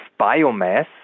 biomass